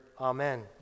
amen